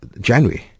January